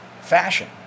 fashion